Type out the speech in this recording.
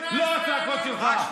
לא הצעקות שלך,